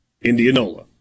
Indianola